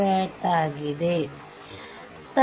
25 watt